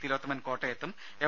തിലോത്തമൻ കോട്ടയത്തും എം